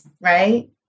right